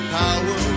power